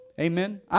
Amen